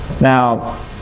Now